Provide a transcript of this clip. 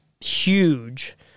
huge